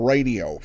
Radio